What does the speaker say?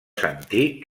sentir